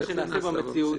מה נעשה במציאות?